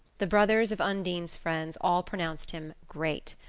the brothers of undine's friends all pronounced him great,